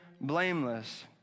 blameless